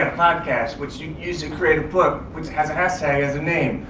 podcast which you used to create a book which has a hashtag as a name.